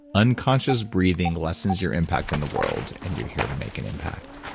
unconscious breathing lessens your impact in the world, and you're here to make an impact